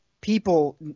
people